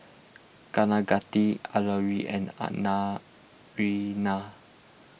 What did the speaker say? Kaneganti Alluri and